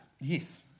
Yes